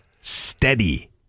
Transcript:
steady